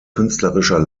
künstlerischer